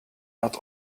not